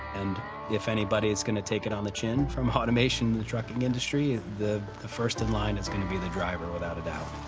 and if anybody is going to take it on the chin from automation in the trucking industry, the, the first in line is going to be the driver, without a doubt.